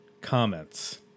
Comments